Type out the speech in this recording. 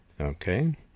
Okay